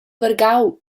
vargau